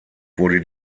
wurde